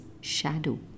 shadow